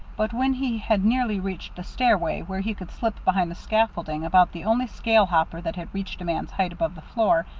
but when he had nearly reached the stairway, where he could slip behind the scaffolding about the only scale hopper that had reached a man's height above the floor,